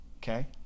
Okay